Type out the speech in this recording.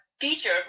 teacher